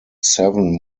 seven